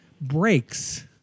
Breaks